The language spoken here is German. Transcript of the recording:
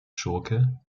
schurke